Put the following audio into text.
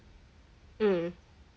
mm